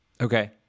Okay